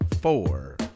four